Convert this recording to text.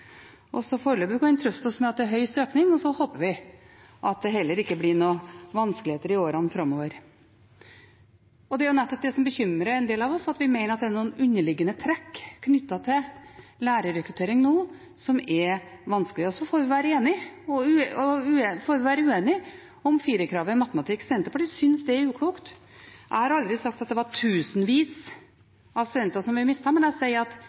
og foreløpig kan vi trøste oss med at det er høy søkning, og så håper vi at det heller ikke i årene framover blir noen vanskeligheter. Det er nettopp det som bekymrer en del av oss, at vi mener at det er noen underliggende trekk knyttet til lærerrekrutteringen nå som er vanskelige. Så får vi være uenige om firerkravet i matematikk. Senterpartiet synes det er uklokt. Jeg har aldri sagt at vi har mistet tusenvis av studenter, men jeg sier at